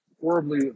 Horribly